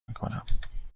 میکنم